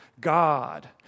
God